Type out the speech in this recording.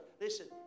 listen